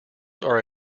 are